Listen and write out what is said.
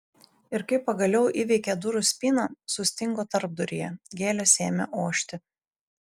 ir kai pagaliau įveikė durų spyną sustingo tarpduryje gėlės ėmė ošti